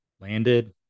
landed